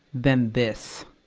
than this.